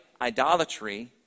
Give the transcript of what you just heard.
idolatry